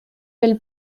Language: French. elle